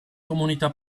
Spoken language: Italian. comunità